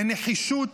לנחישות,